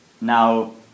Now